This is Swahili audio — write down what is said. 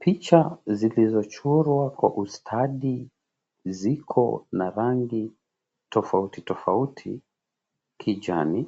Picha zilizochorwa kwa ustadi ziko na rangi tofauti tofauti: kijani,